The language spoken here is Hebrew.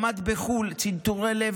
למד בחו"ל צנתורי מוח.